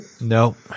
Nope